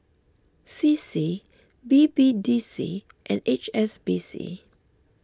C C B B D C and H S B C